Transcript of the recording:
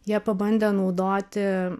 jie pabandė naudoti